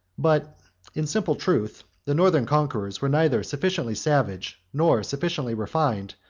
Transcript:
but in simple truth, the northern conquerors were neither sufficiently savage, nor sufficiently refined,